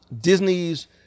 Disney's